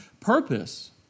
purpose